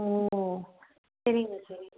ஒ சரிங்க சரிங்க